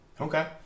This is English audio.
Okay